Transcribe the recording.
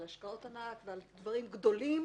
על השקעות ענק ועל דברים גדולים